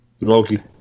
Loki